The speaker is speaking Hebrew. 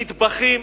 נטבחים.